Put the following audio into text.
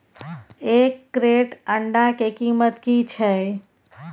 एक क्रेट अंडा के कीमत की छै?